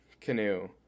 canoe